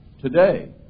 today